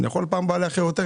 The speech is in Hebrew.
אני יכול בפעם הבאה לאחר יותר,